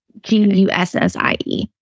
G-U-S-S-I-E